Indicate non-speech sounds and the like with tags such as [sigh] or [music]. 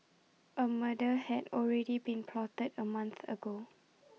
A murder had already been plotted A month ago [noise]